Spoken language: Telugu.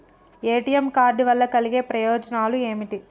ఏ.టి.ఎమ్ కార్డ్ వల్ల కలిగే ప్రయోజనాలు ఏమిటి?